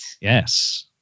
Yes